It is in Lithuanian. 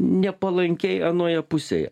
nepalankiai anoje pusėj